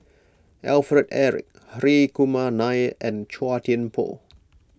Alfred Eric Hri Kumar Nair and Chua Thian Poh